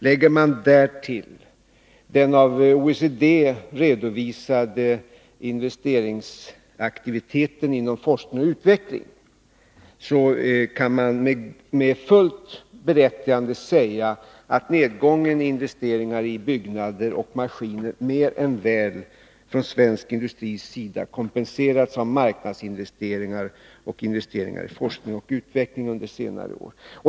Lägger man därtill den av OECD redovisade investeringsaktiviteten inom forskning och utveckling, kan man med fullt berättigande säga att nedgången i investeringar i byggnader och maskiner från svensk industris sida mer än väl kompenserats av marknadsinvesteringar och investeringar i forskning och utveckling under senare år.